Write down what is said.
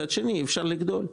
מצד שני, אי-אפשר לגדול,